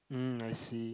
mm I see